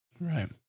Right